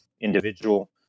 individual